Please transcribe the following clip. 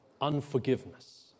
unforgiveness